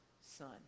son